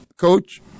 Coach